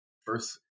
first